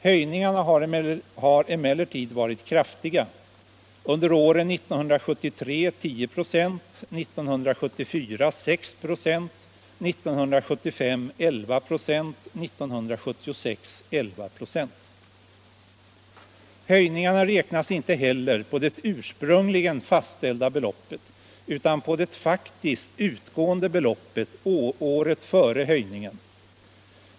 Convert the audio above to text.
Höjningarna har emellertid varit kraftiga — år 1973 10 ?6, år 1974 6 ?6, år 1975 11 ?6 och år 1976 11 26. Höjningarna räknas inte heller på det ursprungligen fastställda beloppet utan på det faktiskt utgående beloppet året före höjningen.